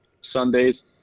Sundays